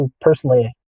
personally